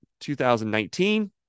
2019